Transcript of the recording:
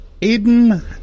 Eden